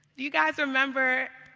you guys remember,